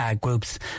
groups